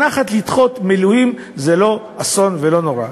שנה אחת לדחות מילואים זה לא אסון ולא נורא.